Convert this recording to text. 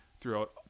throughout